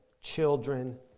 children